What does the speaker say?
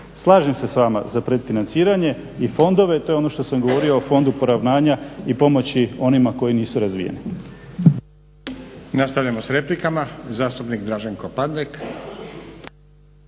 Slažem s vama za predfinanciranje i fondove, to je ono što sam govorio o fondu poravnanja i pomoći onima koji nisu razvijene.